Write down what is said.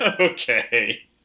Okay